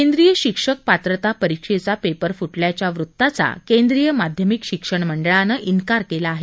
केंद्रीय शिक्षक पात्रता परिक्षेचा पेपर फुटल्याच्या वृत्ताचा केंद्रीय माध्यमिक शिक्षण मंडळानं उकार केला आहे